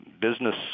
business